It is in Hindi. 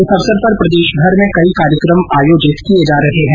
इस अवसर पर प्रदेशभर में कई कार्यक्रम आयोजित किये जा रहे है